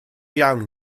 iawn